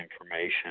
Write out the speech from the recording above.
information